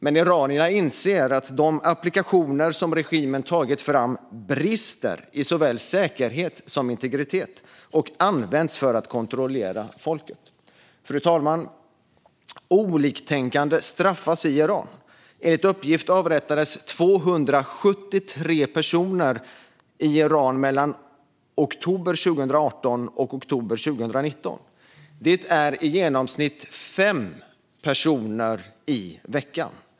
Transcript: Men iranierna inser att de applikationer som regimen tagit fram brister i såväl säkerhet som integritet och används för att kontrollera folket. Fru talman! Oliktänkande straffas i Iran. Enligt uppgift avrättades 273 personer i Iran mellan oktober 2018 och oktober 2019. Det är i genomsnitt fem personer i veckan.